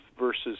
Versus